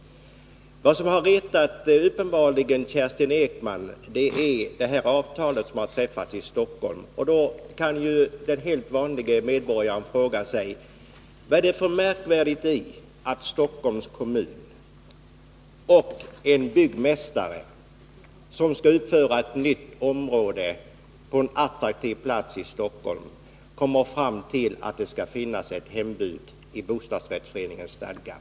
Vad som uppenbarligen har retat Kerstin Ekman är det avtal som har träffats i Stockholm. Men den helt vanlige medborgaren kan fråga sig vad det är för märkvärdigt i att Stockholms kommun och en byggmästare som skall uppföra ett nytt område på en attraktiv plats i Stockholm, kommer fram till att det skall finnas en hembudsklausul i bostadsrättsföreningens stadgar?